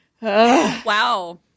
Wow